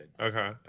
Okay